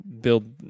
build